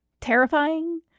terrifying